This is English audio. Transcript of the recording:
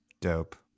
dope